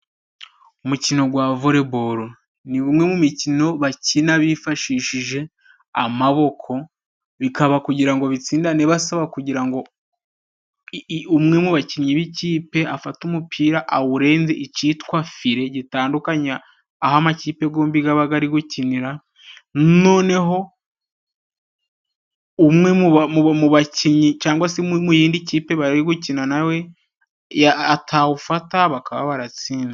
Umukino gwa voleboro ni gumwe mu mikino bakina bifashishije amaboko, bikaba kugira ngo bitsindane basaba kugira ngo umwe mu bakinnyi b'ikipe afate umupira awurenze icitwa file gitandunya aho amakipe gombi gabaga gari gukinira, noneho umwe mu bakinnyi cangwa se mu yindi kipe bari gukina nawe, atawufata bakaba baratsinzwe.